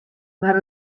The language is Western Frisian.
mar